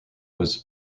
was